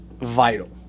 vital